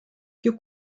più